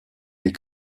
les